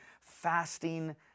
fasting